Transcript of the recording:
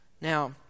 Now